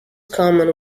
common